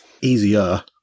Easier